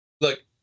Look